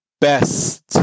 best